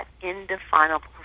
indefinable